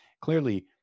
Clearly